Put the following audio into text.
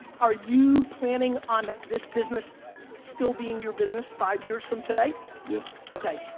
are you planning on this business still being your business five years from today? yes. okay,